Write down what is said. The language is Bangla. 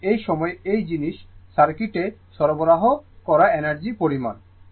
এবং এই সময় এই জিনিস সার্কিটে সরবরাহ করা এনার্জির পরিমাণ